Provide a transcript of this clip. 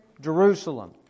Jerusalem